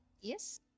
Yes